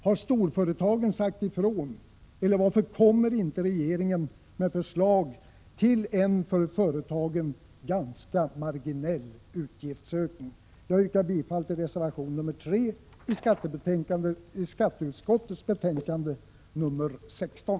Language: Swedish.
Har storföretagen sagt ifrån — eller varför kommer inte regeringen med förslag till en för företagen ganska marginell utgiftsökning? Jag yrkar bifall till reservation nr 3 vid skatteutskottets betänkande nr 16.